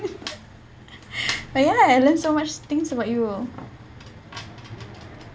but ya I learn so much things about you